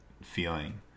feeling